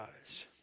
eyes